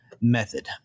method